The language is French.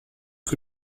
que